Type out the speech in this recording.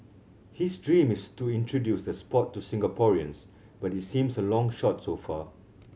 his dream is to introduce the sport to Singaporeans but it seems a long shot so far